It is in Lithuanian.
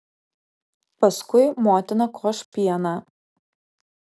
paskui motina koš pieną